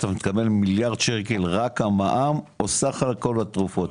אתה מתכוון מיליארד שקלים רק המע"מ או סך כול התרופות.